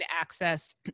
access